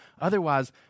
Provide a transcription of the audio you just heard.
Otherwise